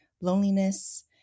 loneliness